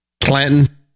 Clanton